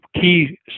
key